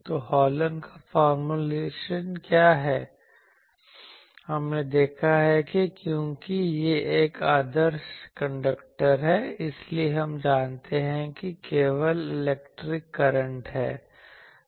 तो हॉलन का फॉर्मूलेशन क्या है हमने देखा है कि क्योंकि यह एक आदर्श कंडक्टर है इसलिए हम मानते हैं कि केवल इलेक्ट्रिक करंट है